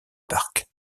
parc